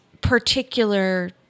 particular